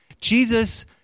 Jesus